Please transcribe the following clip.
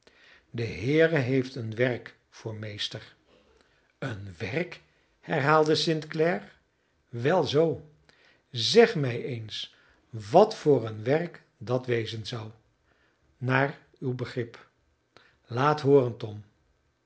de heere heeft een werk voor meester een werk herhaalde st clare wel zoo zeg mij eens wat voor een werk dat wezen zou naar uw begrip laat hooren tom